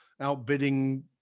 outbidding